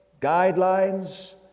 guidelines